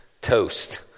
toast